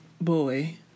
boy